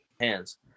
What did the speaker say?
hands